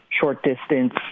short-distance